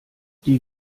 die